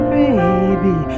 baby